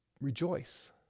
rejoice